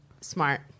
Smart